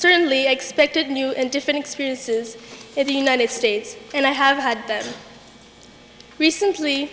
certainly expected new and different experiences in the united states and i have had that recently